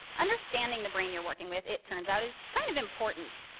understanding the brain you're working with, it turns out, is kind of important,